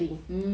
mm